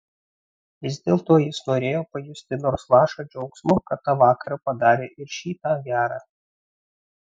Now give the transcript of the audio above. vis dėlto jis norėjo pajusti nors lašą džiaugsmo kad tą vakarą padarė ir šį tą gera